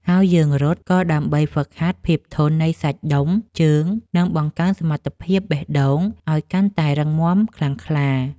ហើយយើងរត់ក៏ដើម្បីហ្វឹកហាត់ភាពធន់នៃសាច់ដុំជើង និងបង្កើនសមត្ថភាពបេះដូងឱ្យកាន់តែរឹងមាំខ្លាំងក្លា។